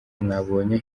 mwabonye